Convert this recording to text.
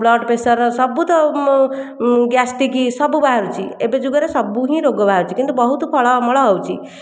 blood pressure ସବୁତ gastric ସବୁ ବାହାରୁଛି ଏବେ ଯୁଗରେ ସବୁ ହିଁ ରୋଗ ବାହାରୁଛି କିନ୍ତୁ ବହୁତ ଫଳ ଅମଳ ହେଉଛି